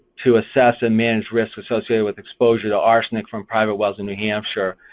to assess and manage risk associated with exposure to arsenic from private wells in new hampshire,